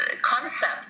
concept